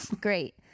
Great